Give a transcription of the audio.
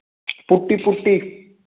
ਪੁੱਟੀ ਪੁੱਟੀ